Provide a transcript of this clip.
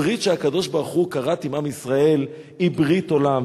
הברית שהקדוש-ברוך-הוא כרת עם עם ישראל היא ברית עולם.